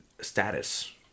status